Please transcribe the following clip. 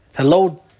Hello